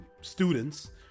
students